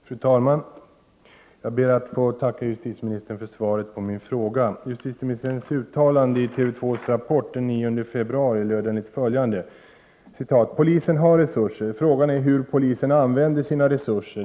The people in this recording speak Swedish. Fru talman! Jag ber att få tacka justitieministern för svaret på min fråga. Justitieministerns uttalande i TV 2:s Rapport den 9 februari löd: ”Polisen har resurser. Frågan är hur polisen använder sina resurser.